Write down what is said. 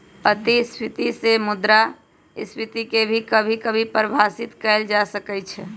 अतिस्फीती से मुद्रास्फीती के भी कभी कभी परिभाषित कइल जा सकई छ